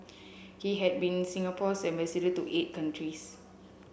he had been Singapore's ambassador to eight countries